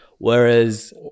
Whereas